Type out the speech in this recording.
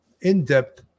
in-depth